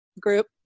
group